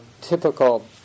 typical